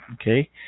okay